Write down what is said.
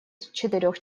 четырёх